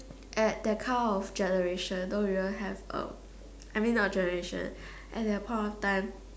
at that kind of generation don't even have um I mean not generation at that point of time